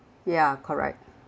ya correct